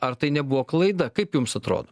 ar tai nebuvo klaida kaip jums atrodo